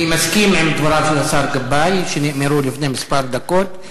אני מסכים עם דבריו של השר גבאי שנאמרו לפני כמה דקות,